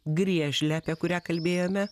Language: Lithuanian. griežlę apie kurią kalbėjome